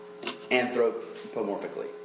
anthropomorphically